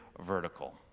vertical